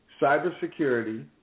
cybersecurity